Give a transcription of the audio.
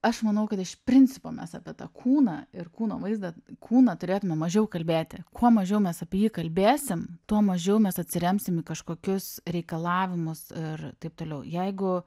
aš manau kad iš principo mes apie tą kūną ir kūno vaizdą kūną turėtume mažiau kalbėti kuo mažiau mes apie jį kalbėsim tuo mažiau mes atsiremsim į kažkokius reikalavimus ir taip toliau jeigu